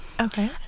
Okay